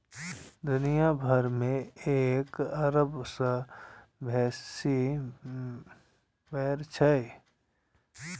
दुनिया भरि मे एक अरब सं बेसी भेड़ छै